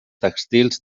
tèxtils